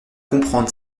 comprendre